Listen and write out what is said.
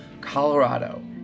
Colorado